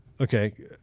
okay